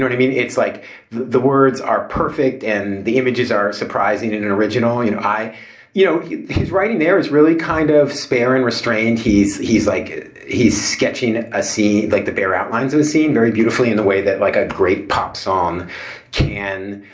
i mean, it's like the the words are perfect and the images are surprising and and original, you know? i you know he's writing. there is really kind of spare and restrained he's he's like he's sketching a sea, like the bare outlines of a scene very beautifully in the way that, like a great pop song can,